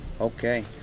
Okay